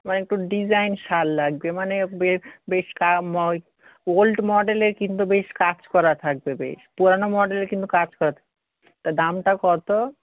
আমার একটু ডিজাইন শাল লাগবে মানে বেশ কাম ওই ওল্ড মডেলের কিন্তু বেশ কাজ করা থাকবে বেশ পুরনো মডেলের কিন্তু কাজ করা তা দামটা কত